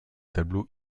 tableaux